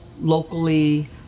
locally